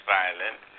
violent